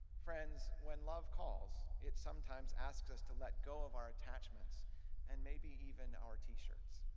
friends, when love calls, it sometimes asks us to let go of our attachments and maybe even our t-shirts.